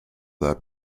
their